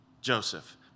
Joseph